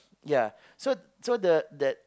ya so so the the